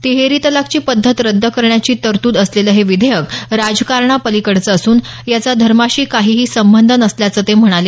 तिहेरी तलाकची पद्धत रद्द करण्याची तरतूद असलेलं हे विधेयक राजकारणापलिकडचं असून याचा धर्माशी काहीही संबंध नसल्याचं ते म्हणाले